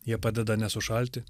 jie padeda nesušalti